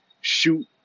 shoot